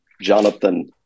Jonathan